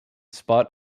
spot